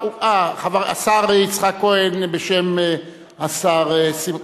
השר יצחק כהן, בשם השר שמחון.